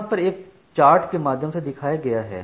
यहां पर यह एक चार्ट के माध्यम से दिखाया गया है